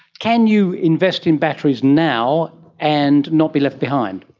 can you invest in batteries now and not be left behind?